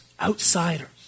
Outsiders